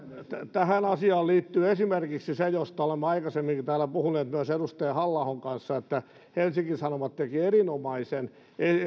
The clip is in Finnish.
tähän asiaan liittyy esimerkiksi se mistä olemme aikaisemminkin täällä puhuneet myös edustaja halla ahon kanssa että helsingin sanomat teki erinomaisen